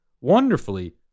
wonderfully